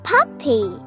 Puppy